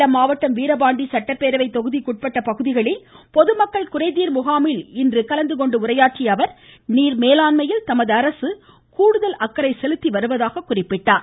சேலம் மாவட்டம் வீரபாண்டி சட்டப்பேரவைத் தொதிக்குபட்பட்ட பகுதிகளில் பொதுமக்கள் குறைதீர் முகாமில் இன்று கலந்து கொண்டு உரையாற்றிய அவர் நீர் மேலாண்மையில் தமது அரசு கூடுதல் அக்கறை செலுத்தி வருவதாக எடுத்துரைத்தார்